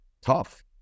tough